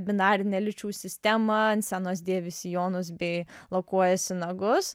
binarinę lyčių sistemą ant scenos dėvi sijonus bei lakuojasi nagus